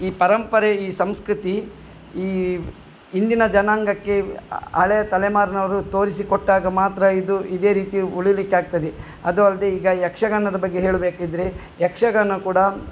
ಈ ಪರಂಪರೆ ಈ ಸಂಸ್ಕೃತಿ ಈ ಇಂದಿನ ಜನಾಂಗಕ್ಕೆ ಹಳೆ ತಲೆಮಾರಿನವ್ರು ತೋರಿಸಿಕೊಟ್ಟಾಗ ಮಾತ್ರ ಇದು ಇದೇ ರೀತಿ ಉಳಿಲಿಕ್ಕಾಗ್ತದೆ ಅದು ಅಲ್ಲದೆ ಈಗ ಯಕ್ಷಗಾನದ ಬಗ್ಗೆ ಹೇಳಬೇಕಿದ್ರೆ ಯಕ್ಷಗಾನ ಕೂಡ